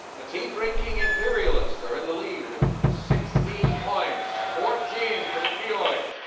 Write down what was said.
the tea-drinking imperialists are in the lead with sixteen points, fourteen for the geoids,